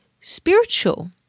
spiritual